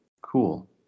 cool